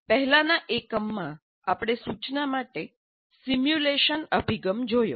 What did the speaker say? પહેલાનાં એકમમાં આપણે સૂચના માટે સિમ્યુલેશન અભિગમ જોયો